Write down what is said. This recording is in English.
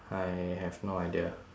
I have no idea